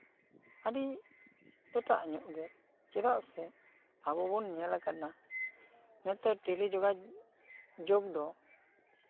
ᱟᱹᱰᱤ ᱮᱴᱟᱜ ᱧᱚᱜ ᱜᱮ ᱪᱮᱫᱟᱜ ᱥᱮ ᱟᱵᱚ ᱵᱚᱱ ᱧᱮᱞ ᱟᱠᱟᱱᱟ ᱱᱮᱛᱟᱨ ᱴᱮᱞᱤ ᱡᱳᱜᱟᱡᱳᱜ ᱫᱚ